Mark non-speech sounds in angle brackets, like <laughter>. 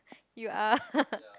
you are <laughs>